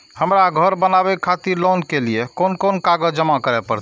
हमरा घर बनावे खातिर लोन के लिए कोन कौन कागज जमा करे परते?